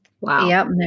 Wow